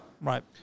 Right